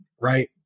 Right